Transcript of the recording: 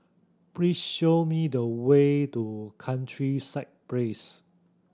please show me the way to Countryside Place